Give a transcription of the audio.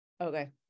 okay